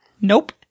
Nope